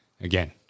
Again